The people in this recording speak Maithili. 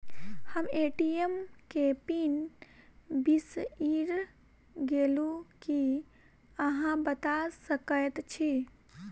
हम ए.टी.एम केँ पिन बिसईर गेलू की अहाँ बता सकैत छी?